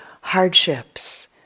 hardships